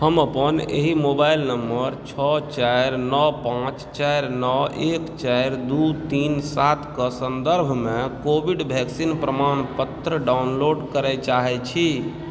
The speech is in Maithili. हम अपन एहि मोबाइल नम्बर छओ चारि नओ पाँच चारि नओ एक चारि दू तीन सातके सन्दर्भमे कोविड वैक्सीन प्रमाणपत्र डाउनलोड करऽ चाहै छी